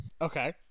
Okay